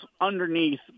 underneath